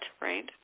right